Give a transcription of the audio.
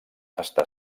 està